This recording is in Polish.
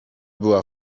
była